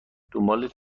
دنبال